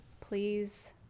Please